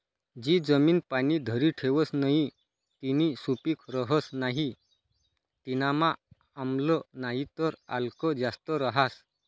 जी जमीन पाणी धरी ठेवस नही तीनी सुपीक रहस नाही तीनामा आम्ल नाहीतर आल्क जास्त रहास